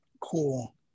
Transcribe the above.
Cool